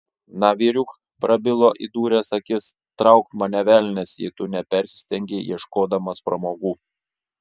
na vyriuk prabilo įdūręs akis trauk mane velnias jei tu nepersistengei ieškodamas pramogų